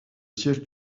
siège